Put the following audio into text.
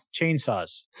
chainsaws